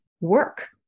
work